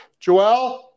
joelle